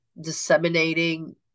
disseminating